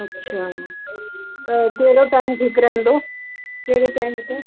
अच्छा त कहिड़ो टाइम ठीकु रहंदो कहिड़े टाइम ते